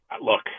look